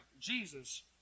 Jesus